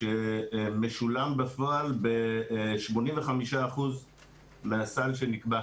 שמשולם בפועל ב-85% מהסל שנקבע.